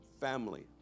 family